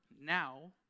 now